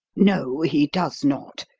no, he does not.